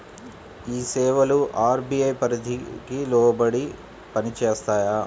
ఈ సేవలు అర్.బీ.ఐ పరిధికి లోబడి పని చేస్తాయా?